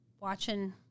watching